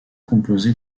composée